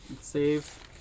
Save